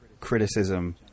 criticism